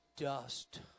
dust